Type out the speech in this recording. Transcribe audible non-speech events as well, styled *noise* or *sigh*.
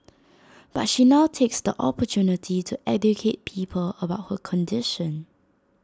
*noise* but she now takes the opportunity to educate people about her condition